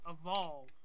Evolve